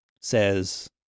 says